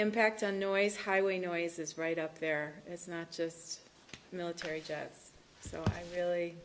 impact on noise highway noise it's right up there it's not just military jets so really